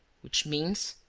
which means?